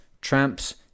tramps